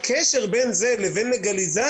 אבל בלי הקשר בין זה לבין לגליזציה.